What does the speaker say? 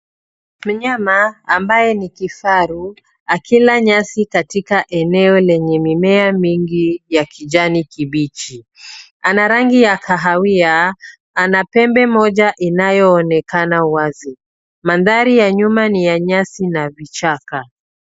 Mnyama ambaye ni kifaru akila nyasi katika eneo lenye mimea mingi ya kijani kibichi. Ana rangi ya kahawia. Ana pembe moja inayoonekana wazi. Mandhari ya nyuma ni ya nyasi na vichaka.